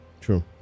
true